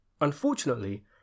Unfortunately